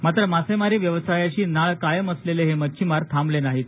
मात्र मासेमारी व्यवसायाशी नाळ कायम असलेले हे मच्छीमार थांबले नाहीत